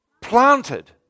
planted